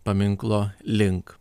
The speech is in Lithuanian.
paminklo link